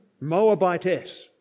Moabites